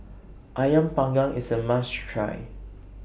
Ayam Panggang IS A must Try